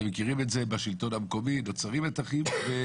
נציגי השלטון המקומי בוודאי מכירים את זה.